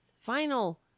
Final